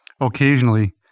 Occasionally